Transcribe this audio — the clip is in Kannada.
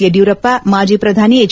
ಯಡಿಯೂರಪ್ಪ ಮಾಜಿ ಶ್ರಧಾನಿ ಎಚ್